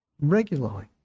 regularly